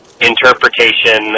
interpretation